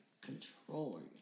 controlling